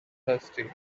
thirsty